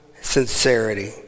sincerity